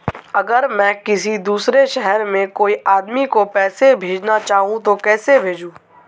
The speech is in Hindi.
अगर मैं किसी दूसरे शहर में कोई आदमी को पैसे भेजना चाहूँ तो कैसे भेजूँ?